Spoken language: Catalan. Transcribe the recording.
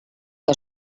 que